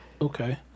Okay